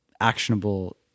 actionable